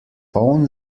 poln